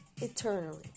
eternally